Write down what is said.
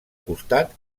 costat